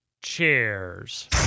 Cheers